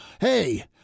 hey